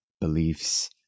beliefs